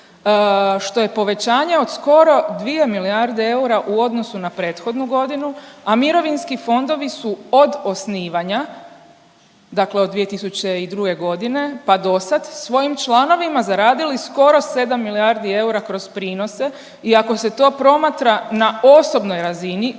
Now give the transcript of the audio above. što je povećanje od skoro 2 milijarde eura u odnosu na prethodnu godinu, a mirovinski fondovi su od osnivanja, dakle od 2002. pa dosad svojim članovima zaradili skoro 7 milijardi eura kroz prinose i ako se to promatra na osobnoj razini,